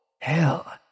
Hell